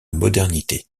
modernité